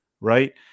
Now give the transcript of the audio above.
right